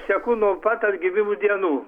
seku nuo pat atgimimo dienų